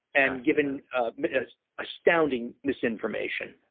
and given astounding misinformation.